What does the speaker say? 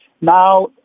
now